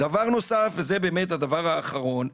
דבר נוסף וזה באמת הדבר האחרון,